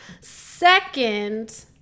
Second